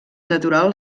natural